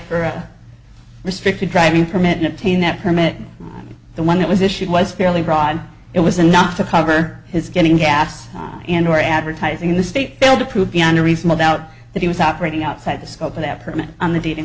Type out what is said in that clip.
for a restricted driving permit and obtained that permit the one that was issued was fairly broad it was enough to cover his getting gas and or advertising the state failed to prove beyond a reasonable doubt that he was operating outside the scope of that permit on the d